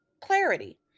clarity